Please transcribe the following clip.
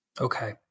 Okay